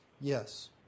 Yes